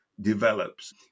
develops